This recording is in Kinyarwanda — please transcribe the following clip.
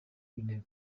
w’intebe